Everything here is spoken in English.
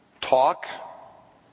talk